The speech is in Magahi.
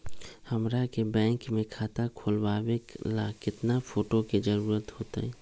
हमरा के बैंक में खाता खोलबाबे ला केतना फोटो के जरूरत होतई?